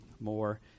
more